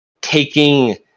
taking